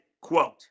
quote